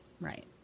Right